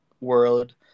world